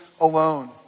alone